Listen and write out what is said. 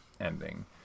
ending